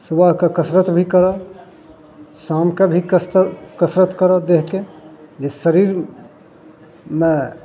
सुबहके कसरत भी करऽ शामके भी कस कसरत करऽ देहके जे शरीरमे